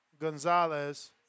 Gonzalez